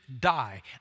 die